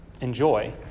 enjoy